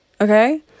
okay